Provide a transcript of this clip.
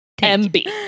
MB